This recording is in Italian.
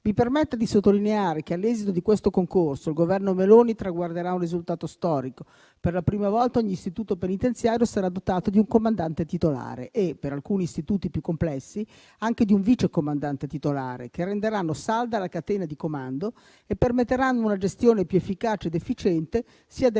Mi permetta di ribadire nuovamente che, all'esito di questo concorso, il Governo Meloni traguarderà un risultato storico: per la prima volta ogni istituto penitenziario sarà dotato di un comandante titolare e, per alcuni istituti più complessi, anche di un vice comandante titolare, che renderanno salda la catena di comando e permetteranno una gestione più efficace ed efficiente sia del